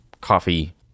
coffee